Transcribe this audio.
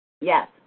Yes